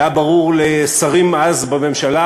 זה היה ברור לשרים אז בממשלה,